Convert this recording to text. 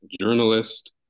journalist